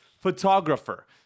photographer